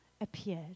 appeared